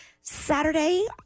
Saturday